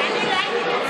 אנחנו נתנו קיזוז, והוא